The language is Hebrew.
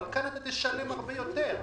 אבל כאן אתה תשלם הרבה יותר.